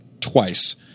twice